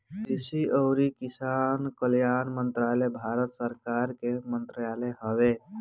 कृषि अउरी किसान कल्याण मंत्रालय भारत सरकार के मंत्रालय हवे